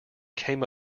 came